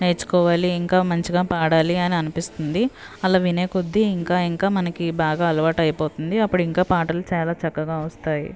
నేర్చికోవాలి ఇంకా మంచిగా పాడాలి అని అనిపిస్తుంది అలా వినేకొద్దీ ఇంకా ఇంకా మనకి బాగా అలవాటు అయిపోతుంది అప్పుడు పాటలు ఇంకా చాల చక్కగా వస్తాయి